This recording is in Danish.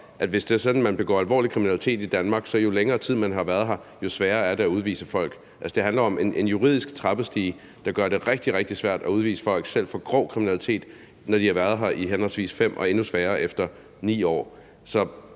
at hvis det er sådan, at man begår alvorlig kriminalitet i Danmark, så er det sværere at udvise folk, jo længere tid de har været her. Det handler om en juridisk trappestige, der gør det rigtig, rigtig svært at udvise folk, selv for grov kriminalitet, når de har været her i 5 år, og det er endnu sværere efter 9 år.